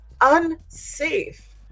unsafe